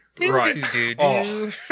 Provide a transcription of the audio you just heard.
right